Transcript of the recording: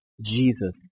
Jesus